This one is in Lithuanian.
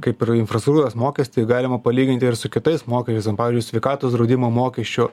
kaip ir infrastruktūros mokestį galima palyginti ir su kitais mokesčiais ten pavyzdžiui sveikatos draudimo mokesčiu